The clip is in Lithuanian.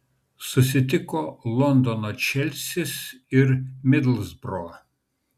susitiko londono čelsis ir midlsbro